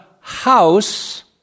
house